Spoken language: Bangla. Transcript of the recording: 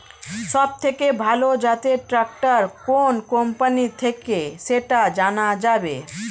সবথেকে ভালো জাতের ট্রাক্টর কোন কোম্পানি থেকে সেটা জানা যাবে?